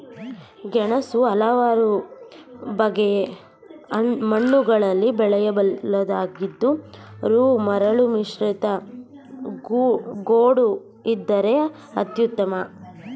ಗೆಣಸು ಹಲವಾರು ಬಗೆ ಮಣ್ಣುಗಳಲ್ಲಿ ಬೆಳೆಯಬಲ್ಲುದಾದರೂ ಮರಳುಮಿಶ್ರಿತ ಗೋಡು ಇದಕ್ಕೆ ಅತ್ಯುತ್ತಮ